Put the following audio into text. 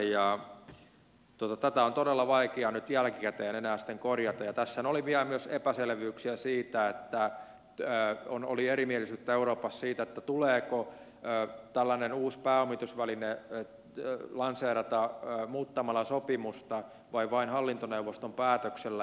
tätä on todella vaikeaa nyt jälkikäteen enää sitten korjata ja tässähän oli vielä myös erimielisyyttä euroopassa siitä tuleeko tällainen uusi pääomitusväline niin että lanseerataan muuttamalla sopimusta vai vain hallintoneuvoston päätöksellä